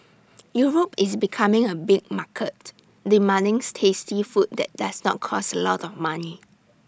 Europe is becoming A big market demanding tasty food that does not cost A lot of money